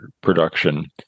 production